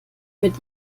mit